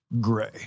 gray